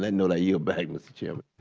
that note, i yield back, mr chairman.